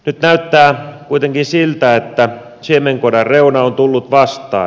nyt näyttää kuitenkin siltä että siemenkodan reuna on tullut vastaan